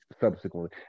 subsequently